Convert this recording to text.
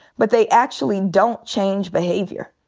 but they actually don't change behavior.